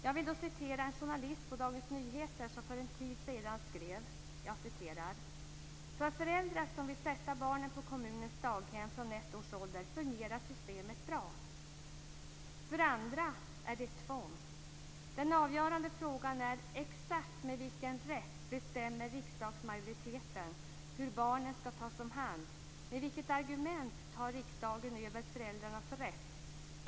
Jag vill då citera en journalist på Dagens Nyheter som för en tid sedan skrev: "För föräldrar som vill sätta barnen på kommunens daghem från ett års ålder fungerar systemet bra. För andra är det ett tvång. Den avgörande frågan är: Exakt med vilken rätt bestämmer riksdagsmajoriteten, hur barnen skall tas om hand? Med vilket argument tar riksdagen över föräldrarnas rätt?